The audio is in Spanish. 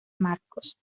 marcos